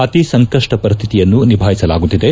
ಅತಿ ಸಂಕಷ್ಷ ಪರಿಸ್ಥಿತಿಯನ್ನು ನಿಭಾಯಿಸಲಾಗುತ್ತಿದೆ